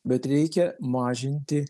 bet reikia mažinti